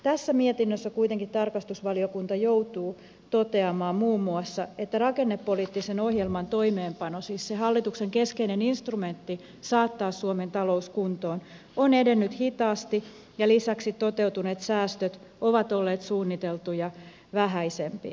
tässä mietinnössä kuitenkin tarkastusvaliokunta joutuu toteamaan muun muassa että rakennepoliittisen ohjelman toimeenpano siis se hallituksen keskeinen instrumentti saattaa suomen talous kuntoon on edennyt hitaasti ja lisäksi toteutuneet säästöt ovat olleet suunniteltuja vähäisempiä